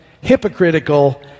hypocritical